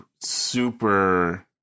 super